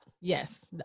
Yes